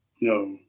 No